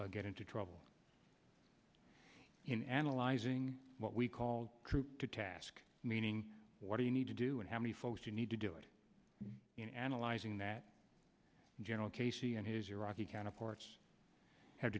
get into trouble in analyzing what we call troop to task meaning what do you need to do and how many folks you need to do it in analyzing that general casey and his iraqi counterparts have